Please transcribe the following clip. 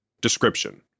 Description